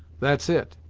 that's it,